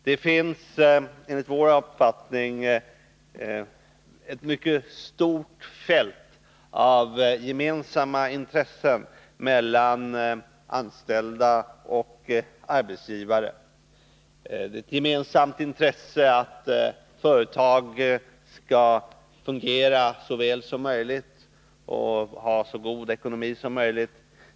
Det finns enligt vår uppfattning ett mycket stort fält av gemensamma intressen mellan anställda och arbetsgivare. Det finns ett gemensamt intresse av att företag skall fungera så väl som möjligt och ha så god ekonomi som möjligt.